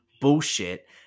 bullshit